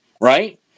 right